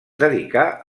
dedicà